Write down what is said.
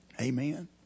Amen